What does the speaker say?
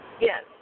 Yes